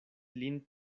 lin